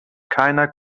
keiner